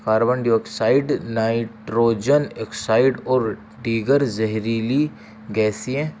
carbon dioxide nitrogen oxide اور دیگر زہریلی گیسیں